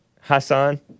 Hassan